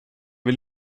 väl